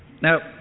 now